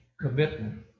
commitment